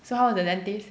so how the dentist